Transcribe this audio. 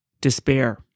despair